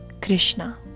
Krishna